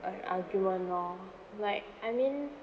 like argument lor like I mean